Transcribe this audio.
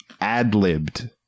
ad-libbed